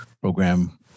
program